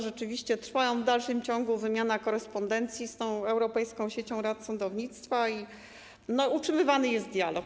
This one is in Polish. Rzeczywiście trwa w dalszym ciągu wymiana korespondencji z Europejską Siecią Rad Sądownictwa i utrzymywany jest dialog.